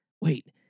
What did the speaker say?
Wait